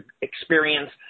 experience